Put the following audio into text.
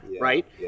right